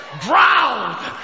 drowned